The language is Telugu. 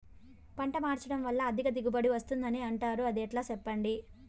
పంట మార్చడం వల్ల అధిక దిగుబడి వస్తుందని అంటారు అది ఎట్లా సెప్పండి